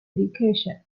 education